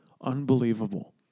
Unbelievable